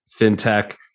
fintech